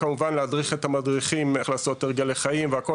כמובן להדריך את המדריכים איך לעשות הרגלי חיים ולדבר עם ההורים,